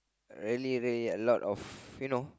already a lot of you know